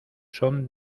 son